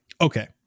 okay